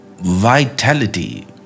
vitality